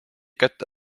kätte